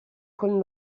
con